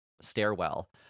stairwell